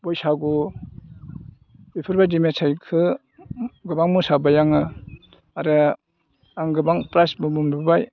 बैसागु बेफोरबायदि मेथाइखौ गोबां मोसाबाय आङो आरो आं गोबां क्लासबो मोनबोबाय